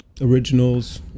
originals